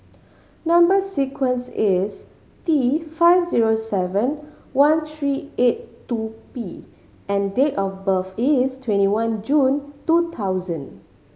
number sequence is T five zero seven one three eight two P and date of birth is twenty one June two thousand